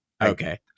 Okay